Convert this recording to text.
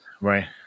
Right